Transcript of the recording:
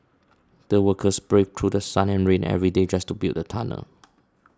the workers braved through sun and rain every day just to build the tunnel